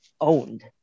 owned